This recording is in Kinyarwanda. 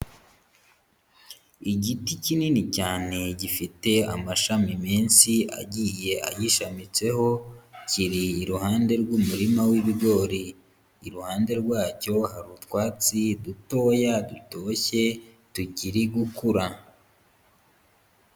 Igiti kinini cyane gifite amashami menshi agiye ayishamitseho, kiri iruhande rw'umurima w'ibigori, iruhande rwacyo hari utwatsi dutoya dutoshye tukiri gukura.